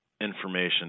information